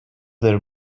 their